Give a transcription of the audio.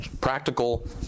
practical